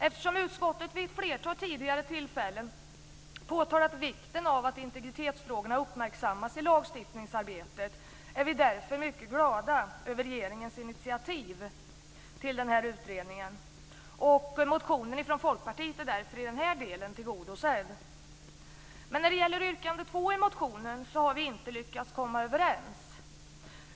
Eftersom utskottet vid ett flertal tillfällen tidigare har påtalat vikten av att integritetsfrågorna uppmärksammas i lagstiftningsarbetet är vi mycket glada över regeringens initiativ till den här utredningen. Och motionen från Folkpartiet är därför i den här delen tillgodosedd. Men när det gäller yrkande två i motionen har vi inte lyckats komma överens.